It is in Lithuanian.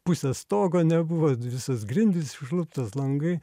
pusės stogo nebuvo visos grindys išluptos langai